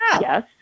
Yes